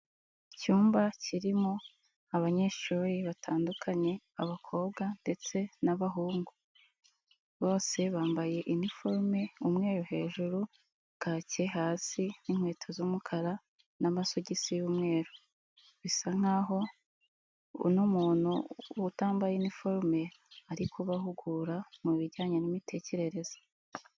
Icyumba kirimo abanyeshuri batandukanye abakobwa ndetse n'abahungu bose bambaye iniforume umweru hejuru kake hasi n'inkweto z'umukara n'amasogisi y'umweru, bisa nkaho uno muntu utambaye iniforume ari kubahugura mu bijyanye n'imitekerereze.